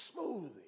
smoothie